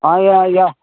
ஆயாய்யா